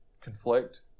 conflict